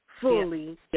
fully